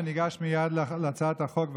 וניגש מייד להצעת החוק,